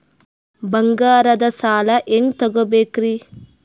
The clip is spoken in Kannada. ಬಂಗಾರದ್ ಸಾಲ ಹೆಂಗ್ ತಗೊಬೇಕ್ರಿ?